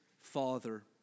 father